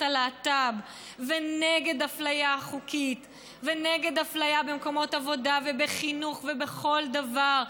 הלהט"ב ונגד אפליה חוקית ונגד אפליה במקומות עבודה ובחינוך ובכל דבר,